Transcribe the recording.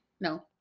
No